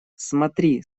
смотри